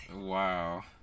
Wow